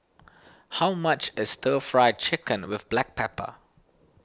how much is Stir Fry Chicken with Black Pepper